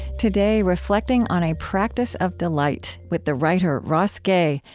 today reflecting on a practice of delight with the writer ross gay,